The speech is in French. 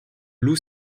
loup